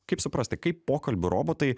kaip suprasti kaip pokalbių robotai